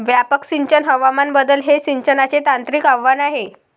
व्यापक सिंचन हवामान बदल हे सिंचनाचे तांत्रिक आव्हान आहे